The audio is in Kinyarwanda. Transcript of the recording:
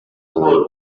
ubu